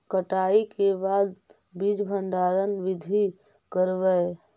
कटाई के बाद बीज भंडारन बीधी करबय?